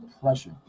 pressure